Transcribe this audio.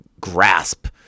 grasp